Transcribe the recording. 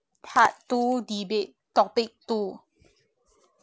part two debate topic two